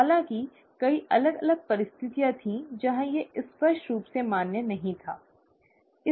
हालांकि कई अलग अलग परिस्थितियां थीं जहां यह स्पष्ट रूप से मान्य नहीं था ठीक है